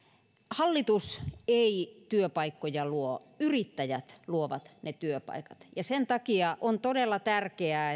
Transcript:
hallitus ei työpaikkoja luo yrittäjät luovat ne työpaikat ja sen takia on todella tärkeää